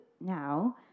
now